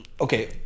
Okay